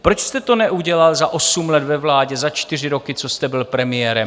Proč jste to neudělal za osm let ve vládě, za čtyři roky, co jste byl premiérem?